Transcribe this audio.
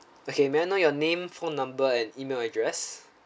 okay may I know your name phone number and email address